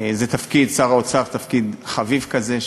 זה תפקיד, שר האוצר, תפקיד חביב כזה,